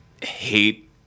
Hate